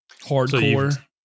Hardcore